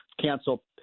cancel